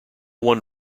one